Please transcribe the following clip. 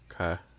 Okay